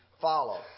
follow